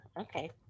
okay